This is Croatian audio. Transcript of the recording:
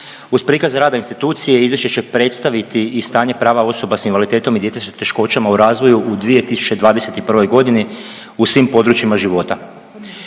Uz prikaz rada institucije, Izvješće će predstaviti i stanje prava osoba s invaliditetom i djece s teškoćama u razvoju u 2021. g. u svim područjima života.